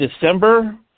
December